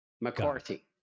McCarthy